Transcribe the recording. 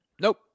Nope